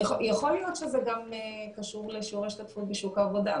יכול להיות שזה גם קשור לשיעור ההשתתפות בשוק העבודה,